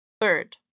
Third